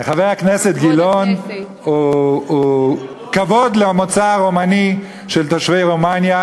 חבר הכנסת גילאון הוא כבוד למוצא הרומני של תושבי רומניה,